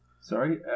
Sorry